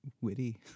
witty